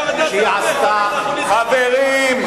היא עשתה, חברים.